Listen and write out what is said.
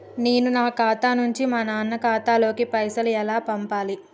నేను నా ఖాతా నుంచి మా నాన్న ఖాతా లోకి పైసలు ఎలా పంపాలి?